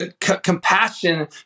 compassion